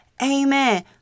Amen